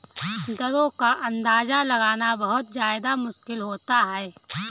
दरों का अंदाजा लगाना बहुत ज्यादा मुश्किल होता है